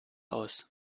aus